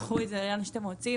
קחו את זה לאן שאתם רוצים.